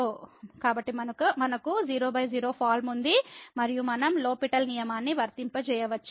కాబట్టి మనకు 00 ఫార్మ ఉంది మరియు మనం లో పిటెల్ L'Hospital నియమాన్ని వర్తింపజేయవచ్చు